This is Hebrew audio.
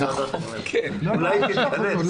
יותר חשובה הרוח של החוק הזה מאשר החוק או מה שהחוק בא לפתור,